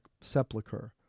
sepulchre